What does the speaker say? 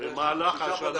"במהלך השנה".